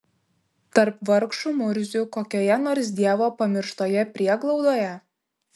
tarp vargšų murzių kokioje nors dievo pamirštoje prieglaudoje